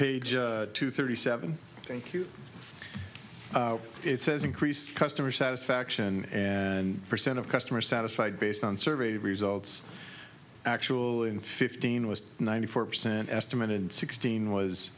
page two thirty seven thank you it says increased customer satisfaction and percent of customer satisfied based on survey results actual in fifteen was ninety four percent estimate and sixteen was